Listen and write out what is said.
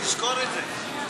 זכור את זה.